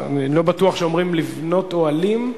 אני לא בטוח שאומרים "לבנות אוהלים".